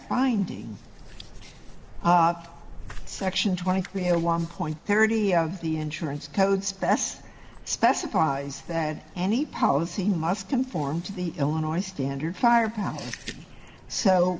finding section twenty three a one point parity of the insurance codes best specifies that any policy must conform to the illinois standard firepower so